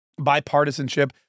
bipartisanship